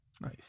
Nice